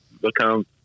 become –